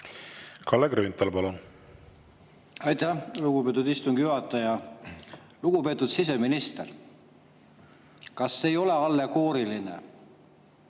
Kalle Grünthal, palun! Aitäh, lugupeetud istungi juhataja! Lugupeetud siseminister! Kas see ei ole allegooriline,